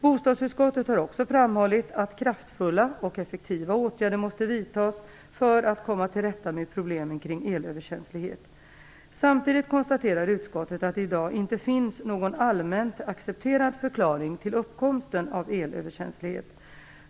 Bostadsutskottet har också framhållit att kraftfulla och effektiva åtgärder måste vidtas för att komma till rätta med problemen kring elöverkänslighet. Samtidigt konstaterar utskottet att det i dag inte finns någon allmänt accepterad förklaring till uppkomsten av elöverkänslighet.